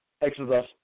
Exodus